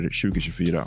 2024